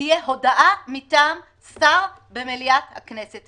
שתהיה הודעה מטעם שר במליאת הכנסת.